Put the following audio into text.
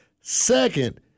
Second